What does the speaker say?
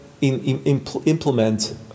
implement